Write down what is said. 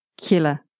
Killer